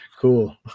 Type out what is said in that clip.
Cool